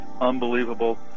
unbelievable